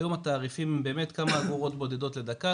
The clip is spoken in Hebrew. היום התעריפים הם באמת כמה אגורות בודדות לדקה,